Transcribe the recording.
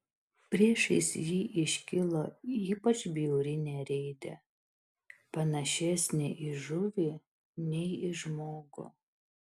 priešais jį iškilo ypač bjauri nereidė panašesnė į žuvį nei į žmogų